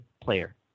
player